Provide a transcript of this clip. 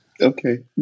Okay